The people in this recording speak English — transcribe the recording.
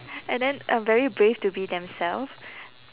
and then uh very brave to be themself